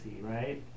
right